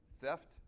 theft